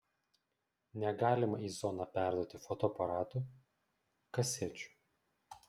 negalima į zoną perduoti fotoaparatų kasečių